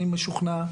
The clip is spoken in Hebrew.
אני משוכנע,